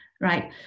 right